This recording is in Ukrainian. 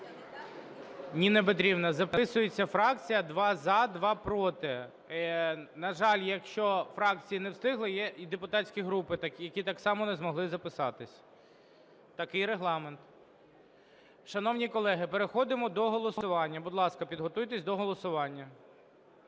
Ніна Петрівна, записується фракція: два – за, два – проти. На жаль, якщо фракції не встигли, є і депутатські групи такі, які так само не змогли записатися, такий Регламент. Шановні колеги, переходимо до голосування, будь ласка, підготуйтеся до голосування.